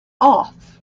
off